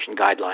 guidelines